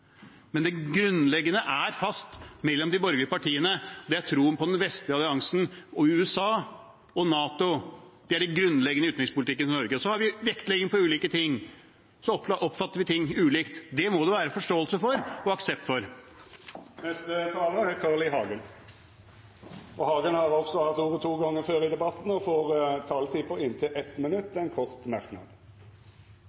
Men det grunnleggende er fast mellom de borgerlige partiene. Det er troen på den vestlige alliansen og USA og NATO. Det er det grunnleggende i utenrikspolitikken i Norge. Så har vi vektlegging av ulike ting – vi oppfatter ting ulikt. Det må det være forståelse og aksept for. Carl I. Hagen har òg hatt ordet to gonger tidlegare i debatten og får ordet til ein kort merknad, avgrensa til 1 minutt.